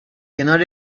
کنار